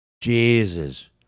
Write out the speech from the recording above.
Jesus